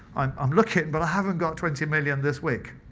i'm looking, but i haven't got twenty million this week.